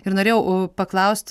ir norėjau paklaust